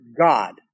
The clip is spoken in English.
God